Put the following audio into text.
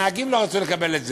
הנהגים לא רצו לקבל את זה,